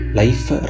life